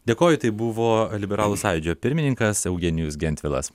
dėkoju tai buvo liberalų sąjūdžio pirmininkas eugenijus gentvilas